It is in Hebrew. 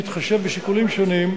בהתחשב בשיקולים שונים,